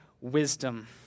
wisdom